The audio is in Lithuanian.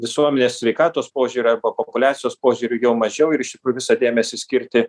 visuomenės sveikatos požiūriu arba populiacijos požiūriu jau mažiau ir iš tikrųjų visą dėmesį skirti